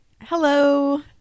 Hello